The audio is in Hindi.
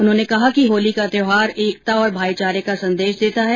उन्होंने कहा कि होली का त्यौहार एकता और भाईचारे का संदेश देता है